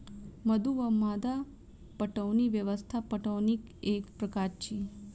मद्दु वा मद्दा पटौनी व्यवस्था पटौनीक एक प्रकार अछि